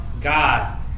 God